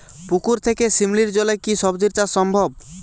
পুকুর থেকে শিমলির জলে কি সবজি চাষ সম্ভব?